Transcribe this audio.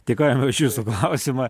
dėkojame už jūsų klausimą